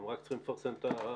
הם רק צריכים לפרסם את ההחלטה,